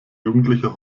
jugendlicher